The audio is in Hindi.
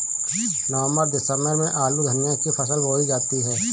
नवम्बर दिसम्बर में आलू धनिया की फसल बोई जाती है?